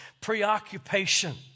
preoccupation